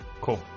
Cool